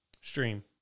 Stream